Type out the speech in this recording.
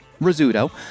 Rizzuto